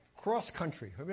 Cross-country